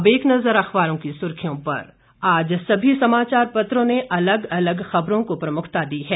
अब एक नजर अखबारों की सुर्खियों पर आज सभी समाचार पत्रों ने अलग अलग खबरों को प्रमुखता दी है